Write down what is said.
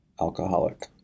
alcoholic